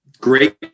Great